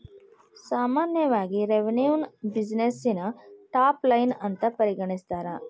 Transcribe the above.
ಸಾಮಾನ್ಯವಾಗಿ ರೆವೆನ್ಯುನ ಬ್ಯುಸಿನೆಸ್ಸಿನ ಟಾಪ್ ಲೈನ್ ಅಂತ ಪರಿಗಣಿಸ್ತಾರ?